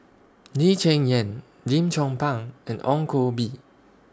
Lee Cheng Yan Lim Chong Pang and Ong Koh Bee